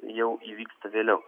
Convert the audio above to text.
jau įvyksta vėliau